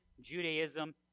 Judaism